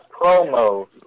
promo